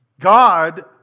God